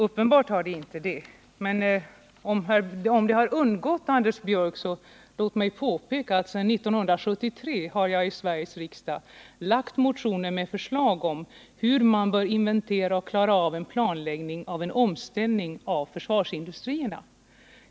Om det har undgått Anders Björck, vill jag påpeka att jag sedan 1973 i Sveriges riksdag har väckt motioner med förslag om hur man bör planlägga en omställning av försvarsindustrin.